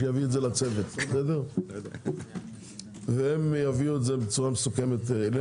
שיביא לצוות והם יביאו את זה בצורה מסוכמת אלינו.